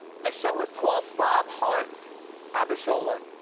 the show is called bob hearts abishola,